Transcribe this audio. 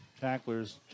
tacklers